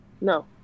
no